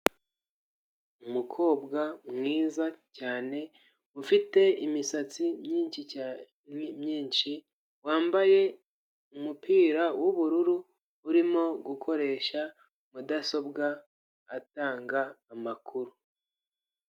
Umukobwa mwiza cyane, ufite imisatsi myinshi cya, myinshi wambaye umupira w'ubururu, urimo gukoresha mudasobwa atanga amakuru.